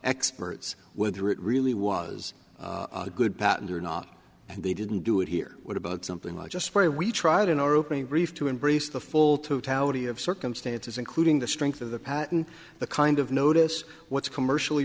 experts whether it really was a good patent or not and they didn't do it here what about something like just very we tried in our opening brief to embrace the full totality of circumstances including the strength of the patent the kind of notice what's commercially